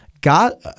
God